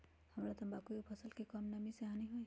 हमरा तंबाकू के फसल के का कम नमी से हानि होई?